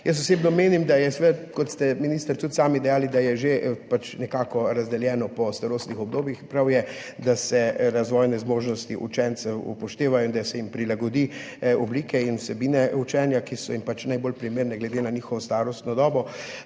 Jaz osebno menim, da je seveda, kot ste minister tudi sami dejali, nekako razdeljeno po starostnih obdobjih. Prav je, da se upoštevajo razvojne zmožnosti učencev in da se jim prilagodi oblike in vsebine učenja, ki so najbolj primerne glede na njihovo starostno dobo.